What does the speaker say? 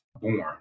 born